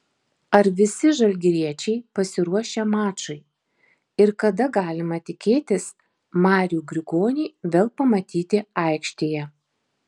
ar visi žalgiriečiai pasiruošę mačui ir kada galima tikėtis marių grigonį vėl pamatyti aikštėje